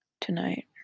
tonight